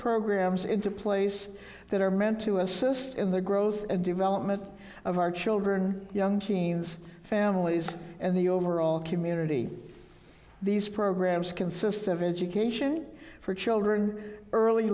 programs into place that are meant to assist in the growth and development of our children young teens families and the overall community these programs consists of education for children early